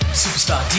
superstar